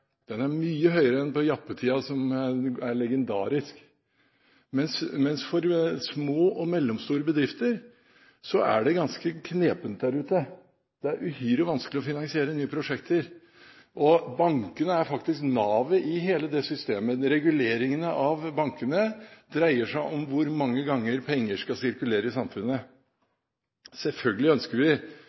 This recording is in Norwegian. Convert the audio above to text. Den er mye høyere enn i jappetiden, som er legendarisk. For små og mellomstore bedrifter er det ganske knepent der ute. Det er uhyre vanskelig å finansiere nye prosjekter, og bankene er faktisk navet i hele det systemet. Reguleringen av bankene dreier seg om hvor mange ganger penger skal sirkulere i samfunnet. Selvfølgelig ønsker vi